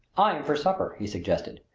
i am for supper, he suggested.